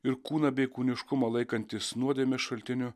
ir kūną bei kūniškumą laikantys nuodėmės šaltiniu